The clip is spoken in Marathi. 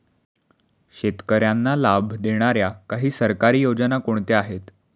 शेतकऱ्यांना लाभ देणाऱ्या काही सरकारी योजना कोणत्या आहेत?